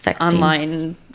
online